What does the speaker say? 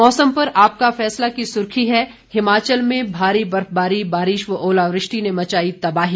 मौसम पर आपका फैसला की सुर्खी है हिमाचल में भारी बर्फबारी बारिश व ओलावृष्टि ने मचाई तबाही